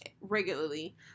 regularly